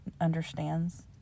understands